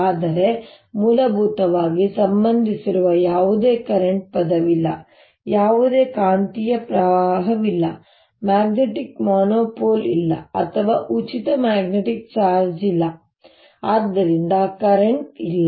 ಆದರೆ ಮೂಲಭೂತವಾಗಿ ಸಂಬಂಧಿಸಿರುವ ಯಾವುದೇ ಕರೆಂಟ್ ಪದವಿಲ್ಲ ಯಾವುದೇ ಕಾಂತೀಯ ಪ್ರವಾಹವಿಲ್ಲ ಮ್ಯಾಗ್ನೆಟಿಕ್ ಮೊನೊಪೋಲ್ ಇಲ್ಲ ಅಥವಾ ಉಚಿತ ಮ್ಯಾಗ್ನೆಟಿಕ್ ಚಾರ್ಜ್ ಇಲ್ಲ ಆದ್ದರಿಂದ ಕರೆಂಟ್ ಇಲ್ಲ